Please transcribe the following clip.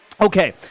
Okay